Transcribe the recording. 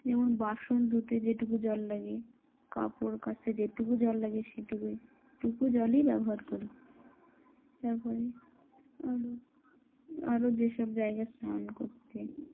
যেমন বাসন ধুতে যেটুকু জল লাগে কাপড় কাচতে যেটুকু জল লাগে সেটুকুইটুকু জলই ব্যবহার করি তারপরে আরও আরও যেসব জায়গায় স্নান করতে